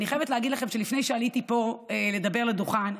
אני חייבת להגיד לכם שלפני שעליתי לדבר פה על הדוכן,